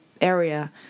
area